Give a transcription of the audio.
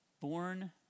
born